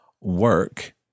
work